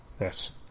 Yes